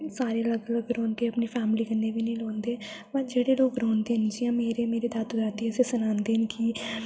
सारे लग्ग लग्ग रौंहदे अपनी फैमली कन्नै नेईं रौंह्दे पर जेह्ड़े लोक रौंहदे न जियां मेरे मेरे दादु दादी न असेई सनांदे न की